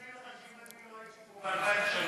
אם לא הייתי פה ב-2003,